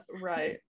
right